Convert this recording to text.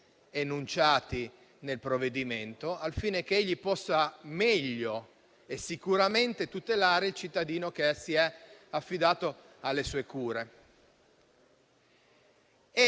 enunciati nel provvedimento, affinché egli possa meglio tutelare il cittadino che si è affidato alle sue cure.